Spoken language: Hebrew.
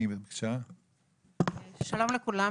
שלום לכולם,